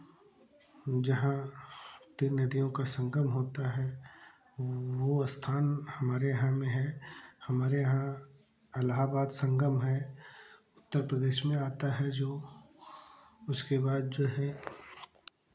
जहाँ तीन नदियों का संगम होता है वो स्थान हमारे यहाँ में है हमारे यहाँ इलाहाबाद संगम है उत्तर प्रदेश में आता है जो उसके बाद जो है